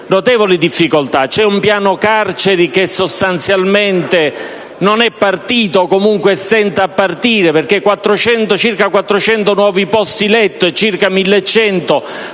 notevoli difficoltà: vi è un piano carceri che sostanzialmente non è partito, o comunque stenta a partire perché circa 400 nuovi posti letto e circa 1.100